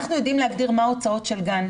אנחנו יודעים להגדיר מה ההוצאות של גן,